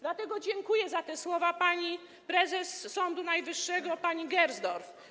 Dlatego dziękuję za te słowa prezes Sądu Najwyższego pani Gersdorf.